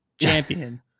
champion